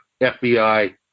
FBI